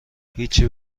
هیچی